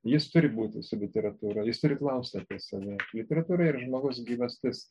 jis turi būti su literatūra jis turi klausti apie save literatūra yra žmogaus gyvastis